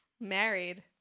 married